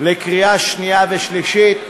לקריאה שנייה ושלישית.